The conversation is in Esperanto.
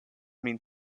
min